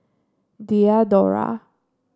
Diadora